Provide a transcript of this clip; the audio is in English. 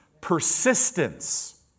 Persistence